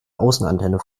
außenantenne